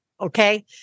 Okay